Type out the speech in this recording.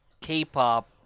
k-pop